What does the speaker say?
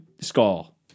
skull